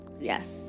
Yes